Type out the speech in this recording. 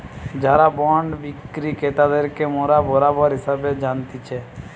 যারা বন্ড বিক্রি ক্রেতাদেরকে মোরা বেরোবার হিসেবে জানতিছে